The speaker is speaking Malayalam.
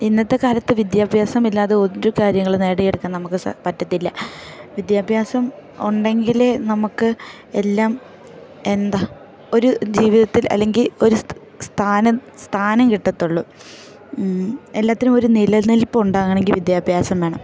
ഇന്നത്തെ കാലത്ത് വിദ്യാഭ്യാസം ഇല്ലാതെ ഒരു കാര്യങ്ങളും നേടിയെടുക്കാൻ നമുക്ക് സ പറ്റത്തില്ല വിദ്യാഭ്യാസം ഉണ്ടെങ്കിൽ നമുക്ക് എല്ലാം എന്താ ഒരു ജീവിതത്തിൽ അല്ലെങ്കിൽ ഒരു സ്ഥാനം സ്ഥാനം കിട്ടത്തുള്ളൂ എല്ലാറ്റിനും ഒരു നില നിൽപ്പുണ്ടാകണമെങ്കിൽ വിദ്യാഭ്യാസം വേണം